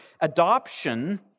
Adoption